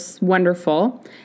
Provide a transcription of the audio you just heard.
wonderful